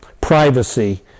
privacy